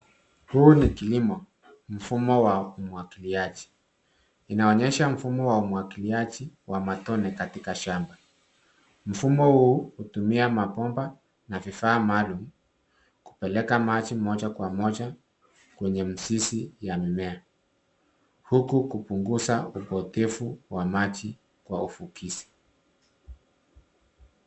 Huu ni kilimo, mfumo wa umwagiliaji, inaonyesha mfumo wa umwagiliaji wa matone katika shamba mfumo huu hutumia mabomba na vifaa maalum kupeleka maji moja kwa moja kwenye mizizi ya mimea huku kupunguza upotefu wa maji kwenye ufukizi.